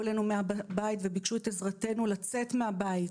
אלינו מהבית וביקשו את עזרתנו לצאת מהבית